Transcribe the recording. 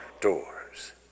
doors